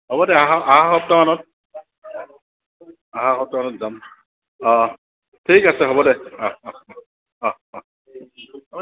হ'ব দে আহ আহা সপ্তাহমানত আহা সপ্তাহমানত যাম অঁ ঠিক আছে হ'ব দে অঁ অঁ অঁ অঁ অঁ অ